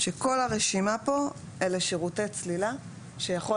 שכול הרשימה פה אלה שירותי צלילה שיכול